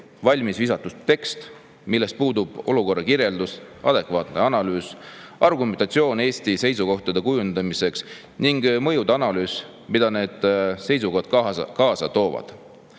valmis visatud tekst, milles puudub olukorra kirjeldus, adekvaatne analüüs, argumentatsioon Eesti seisukohtade kujundamiseks ning nende mõjude analüüs, mida need seisukohad kaasa toovad.